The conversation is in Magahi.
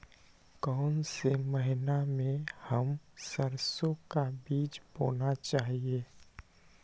कौन से महीने में हम सरसो का बीज बोना चाहिए?